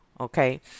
Okay